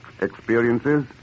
experiences